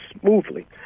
smoothly